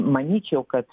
manyčiau kad